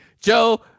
Joe